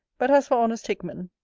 but as for honest hickman,